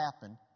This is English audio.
happen